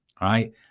Right